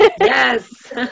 Yes